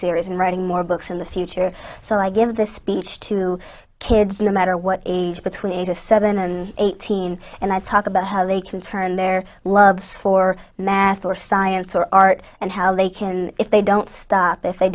series and writing more books in the future so i give this speech to kids no matter what age between ages seven and eighteen and i talk about how they can turn their love for math or science or art and how they can if they don't stop if they